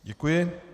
Děkuji.